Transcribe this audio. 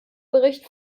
bericht